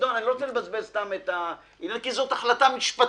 אני לא רוצה לבזבז סתם את זמן הוועדה כי זאת החלטה משפטית,